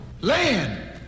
land